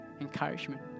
encouragement